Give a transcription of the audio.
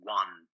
one